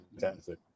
fantastic